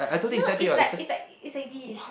no it's like it's like it's like this